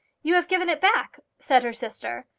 you have given it back! said her sister.